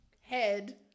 head